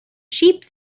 sheep